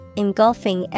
engulfing